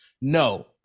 No